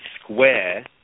square